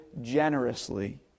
generously